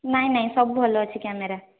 ନାଇଁ ନାଇଁ ସବୁ ଭଲ ଅଛି କ୍ୟାମେରା